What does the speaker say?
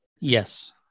yes